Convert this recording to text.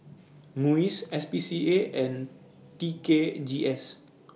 Muis S P C A and T K G S